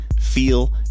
feel